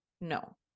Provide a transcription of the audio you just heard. No